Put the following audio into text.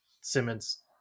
Simmons